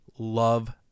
Love